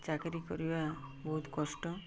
ଚାକିରି କରିବା ବହୁତ କଷ୍ଟ